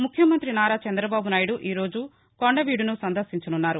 ముఖ్యమంత్రి నారా చంద్రబాబు నాయుడు ఈరోజు కొండవీడును సందర్భించనున్నారు